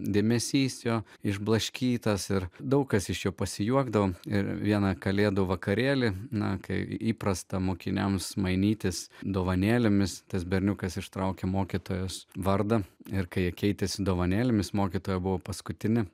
dėmesys jo išblaškytas ir daug kas iš jo pasijuokdavome ir vieną kalėdų vakarėlį na kai įprasta mokiniams mainytis dovanėlėmis tas berniukas ištraukė mokytojos vardą ir kai keitėsi dovanėlėmis mokytoja buvo paskutinė